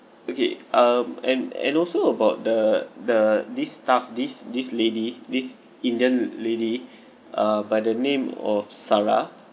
okay um and and also about the the this staff this this lady this indian lady uh by the name of sarah